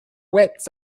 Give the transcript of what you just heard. wits